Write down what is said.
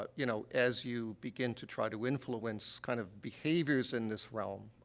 ah you know, as you begin to try to influence, kind of, behaviors in this realm,